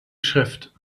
schrift